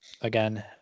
again